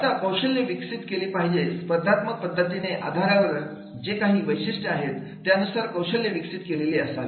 आता कौशल्ये विकसित केली पाहिजेत स्पर्धात्मक पद्धतीने आधारावर जे काही वैशिष्ट्ये आहेत त्यानुसार कौशल्य विकसित केलेली असावी